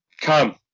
Come